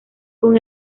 con